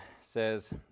says